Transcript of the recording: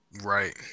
Right